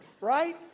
right